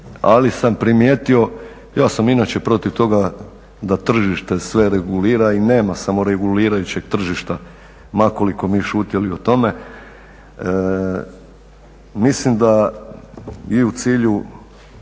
ali sam primijetio, ja sam inače protiv toga da tržište sve regulira i nema samoregulirajućeg tržišta ma koliko mi šutjeli o tome. Mislim da i u cilju,